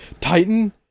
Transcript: Titan